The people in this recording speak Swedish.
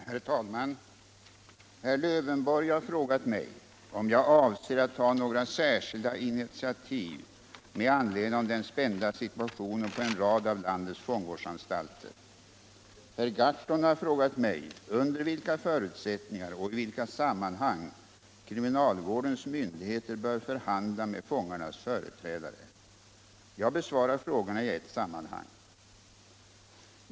Herr talman! Herr Lövenborg har frågat mig om jag avser att ta några särskilda initiativ med anledning av den spända situationen på en rad av landets fångvårdsanstalter. Herr Gahrton har frågat mig under vilka förutsättningar och i vilka sammanhang kriminalvårdens myndigheter bör förhandla med fångarnas företrädare. Jag besvarar frågorna i ett sammanhang.